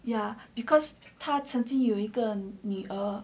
ya because 他曾经有一个女儿